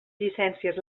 llicències